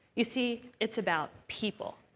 you see, it's about people.